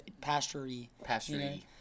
Pasture-y